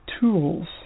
tools